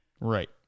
Right